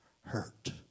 hurt